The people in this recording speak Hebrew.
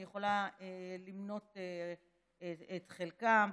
אני יכולה למנות את חלקם: